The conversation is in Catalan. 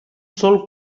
sol